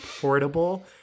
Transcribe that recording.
portable